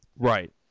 right